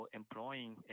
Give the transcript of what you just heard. employing